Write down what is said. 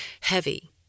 heavy